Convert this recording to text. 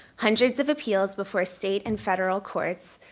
hundreds of appeals before state and federal courts,